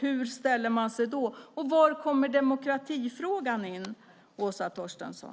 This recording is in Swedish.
Hur ställer man sig då? Och var kommer demokratifrågan in, Åsa Torstensson?